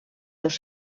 dos